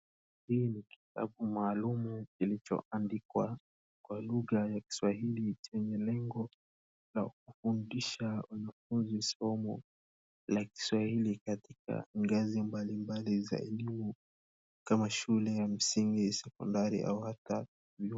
Hii ni kitabu maalum kilichoandikwa kwa lugha ya Kiswahili na lengo la kufundisha au kufunza somo la kiswahili katika ngazi mbalimbali za elimu kama shule ya msingi, secondari , au hata vyuo.